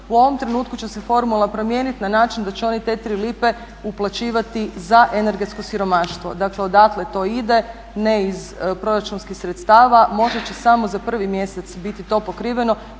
U ovom trenutku će se formula promijeniti na način da će oni te 3 lipe uplaćivati za energetsko siromaštvo. Dakle odatle to ide, ne iz proračunskih sredstava. Možda će samo za prvi mjesec biti to pokriveno